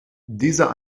dieser